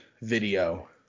video